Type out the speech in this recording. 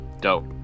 Dope